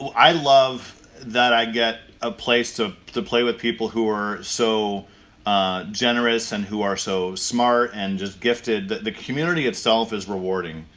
i love that i get a place to to play with people who are so generous, and who are so smart, and just gifted that the community itself is rewarding.